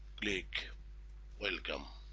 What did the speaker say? click welcome